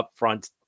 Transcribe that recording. upfront